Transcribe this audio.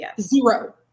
zero